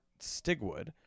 Stigwood